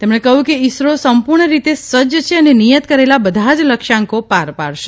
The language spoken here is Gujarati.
તેમણે કહ્યું કે ઇસરો સંપૂર્ણ રીતે સજજ છે અને નિયત કરેલા બધા જ લક્ષ્યાંકો પાર પાડશે